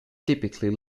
typically